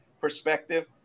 perspective